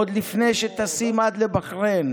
עוד לפני שטסים עד לבחריין.